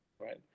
right